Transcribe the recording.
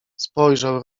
spojrzał